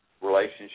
relationship